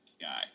guy